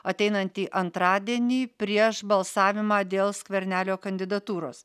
ateinantį antradienį prieš balsavimą dėl skvernelio kandidatūros